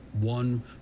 One